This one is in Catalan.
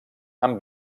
amb